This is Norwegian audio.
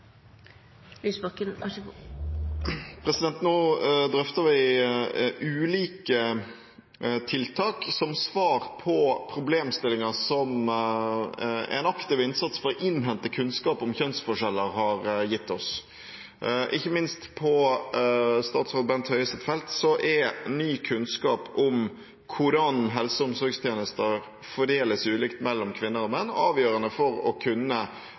Nå drøfter vi ulike tiltak som svar på problemstillinger som en aktiv innsats for å innhente kunnskap om kjønnsforskjeller har gitt oss. Ikke minst på statsråd Bent Høies felt er ny kunnskap om hvordan helse- og omsorgstjenester fordeles ulikt mellom kvinner og menn, avgjørende for å kunne